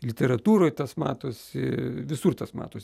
literatūroj tas matosi visur tas matosi